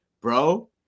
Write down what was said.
bro